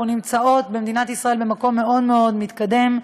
אנחנו נמצאות במדינת ישראל במקום מאוד מאוד מתקדם.